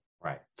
Right